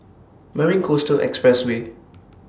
Mary Coastal Expressway